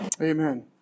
Amen